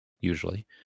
usually